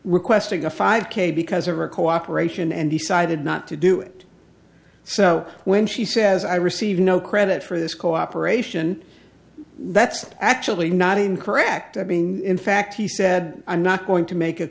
requesting a five k because of our cooperation and decided not to do it so when she says i received no credit for this cooperation that's actually not incorrect i mean in fact he said i'm not going to make a